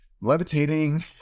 levitating